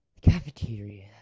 cafeteria